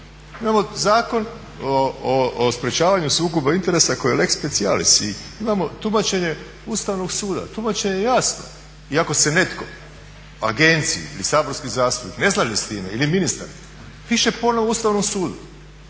imamo Zakon o sprečavanju sukoba interesa koji je lex specialis i imamo tumačenje Ustavnog suda. Tumačenje je jasno i ako se netko, agencija ili saborski zastupnik ne slaže s time ili ministar piše ponovno Ustavnom sudu